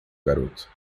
garoto